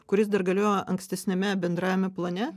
kuris dar galiojo ankstesniame bendrajame plane